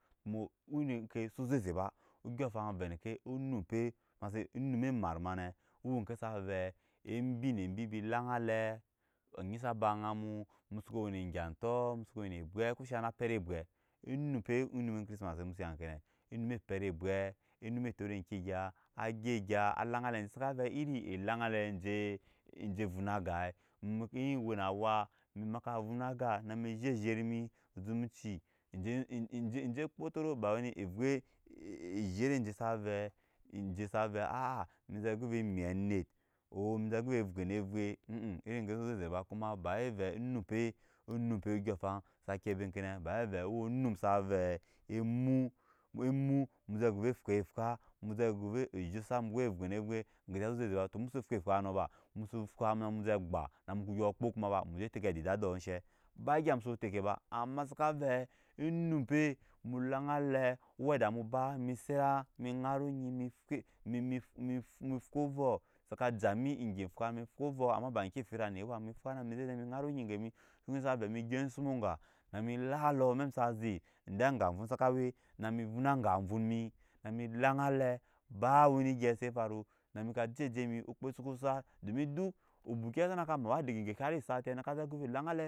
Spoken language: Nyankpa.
Mu yuri ke so zeze ba odyɔŋ afaŋ vɛ nike onumpe ma se onume mat mane owo ke sa vɛ embi ne bbi laga le onyi sa ba aŋa mu muso wene gya to mu soko we bwe o shaŋ na pɛre bwɛ onupe onum chrismase mu so ya kene onume pɛre bwɛ onume tore eŋke gya agyi gya alaŋa le si suka vɛ yiri elaŋa le je eje vona agai mu ko yi we na wa mii maka vona aga na mii zhe zhe mii zumaci eje je kotoro ba wuni evɛ ozhene jessave je save a a mii je go ve mii anet o mii ze go ve fwene fwei yiri ke so zeze ba ko bawe vɛ onumpe onumpe odyɔŋ afaŋ sa kibe kene ba we vɛ wo num sa vɛ emu emu mu zeh go vɛ fwai fwa mu zeh go vɛ ozose bwoi fwɛ ne fwɛi su zeze ba to muso fwe fwa no ba mu se fwa no na mu je gba na mu ko dyɔ kpo koma ba muje teke adida do dhe ba gya muso teke ba ama saka vɛ onumpe mu laŋale weda mu ba mii sare mii ŋara ongi fwɛi m mi mi mu fwo ovum saka jemi egyi fwa mi fwo ovuu ama ba ki fira anet buwa mi ŋara onyi gemi nyisa ve mi gyap osimo oŋga mi lalo emɛk misa zhit ede aŋga vun saka we na mi vuna aŋga vun saka we na mi vuna aŋga vun saka we na mi vuna aŋga vun mi na mi vuna aŋga vun mi nami laŋalɛ ba wuni gyi se faru na mi ka jeje mi ogbe suko sat domi do obukia sana ka ma ba dege gei hari sati na ka ze go vɛ laŋale